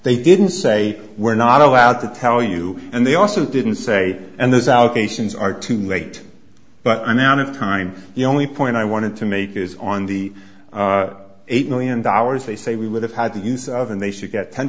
they didn't say we're not allowed to tell you and they also didn't say and there's allegations are too late but then at the time the only point i wanted to make is on the eight million dollars they say we would have had the use of and they should get ten